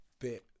bit